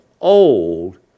old